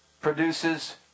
produces